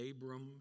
Abram